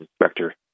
inspector